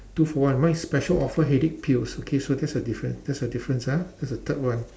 two for one my is special offer headache pills okay so that's the difference that's the difference ah that's the third one